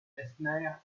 eisner